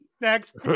next